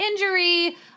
injury